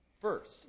first